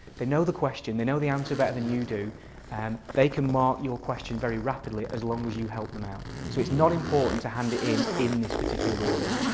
they know the question. they know the answer better than you do and they can mark your question very rapidly as long as you help them out. so it's not important to hand it in in this particular order.